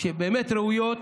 שהן באמת ראויות,